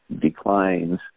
declines